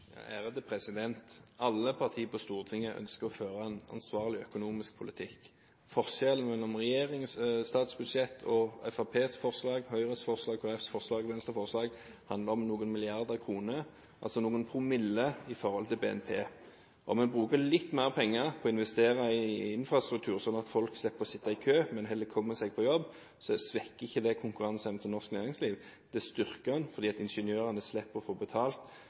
Alle partier på Stortinget ønsker å føre en ansvarlig økonomisk politikk. Forskjellen mellom regjeringens statsbudsjett og Fremskrittspartiets forslag, Høyres forslag, Kristelig Folkepartis forslag og Venstres forslag handler om noen milliarder kroner, altså noen promille i forhold til BNP. Om vi bruker litt mer penger på å investere i infrastruktur, slik at folk slipper å sitte i kø og heller kommer seg på jobb, svekker ikke konkurranseevnen til norsk næringsliv. Det styrker den, fordi ingeniørene slipper å få betalt